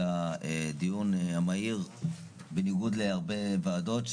על הדיון המהיר בניגוד להרבה ועדות,